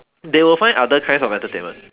they will find other kinds of entertainment